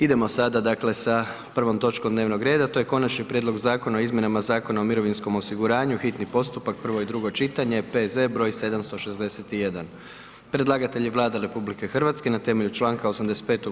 Idemo sada sa prvom točkom dnevnog reda, to je: - Konačnim prijedlogom Zakona o izmjenama Zakona o mirovinskom osiguranju, hitni postupak, prvo i drugo čitanje, P.Z. br. 761 Predlagatelj je Vlada RH na temelju članka 85.